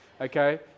okay